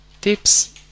tips